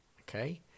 Okay